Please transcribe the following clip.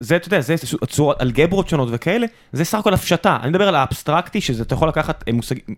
זה אתה יודע, זה איזה שהוא אלגברות שונות וכאלה, זה סך הכל הפשטה, אני מדבר על האבסטרקטי שזה אתה יכול לקחת מושגים.